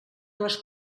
les